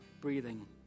breathing